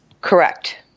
Correct